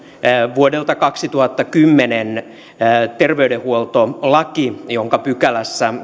vuodelta kaksituhattakymmenen terveydenhuoltolaki jonka kahdennessakymmenennessäneljännessä pykälässä